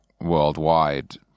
worldwide